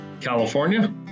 California